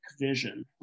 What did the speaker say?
vision